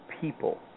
people